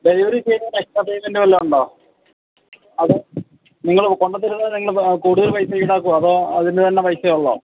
delivery ചെയ്യുന്നതിന് extra payment വല്ലതും ഉണ്ടോ അത് നിങ്ങൾ കൊണ്ടുത്തരുന്നതിനു എന്തെങ്കിലും കൂടുതല് പൈസ ഈടാക്കുമോ അതോ അതിന്റെ തന്നെ പൈസയേ ഉള്ളോ